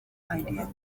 idea